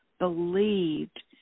believed